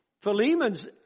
Philemon's